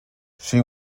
she